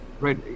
Right